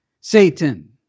Satan